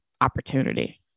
opportunity